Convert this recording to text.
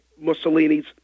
Mussolini's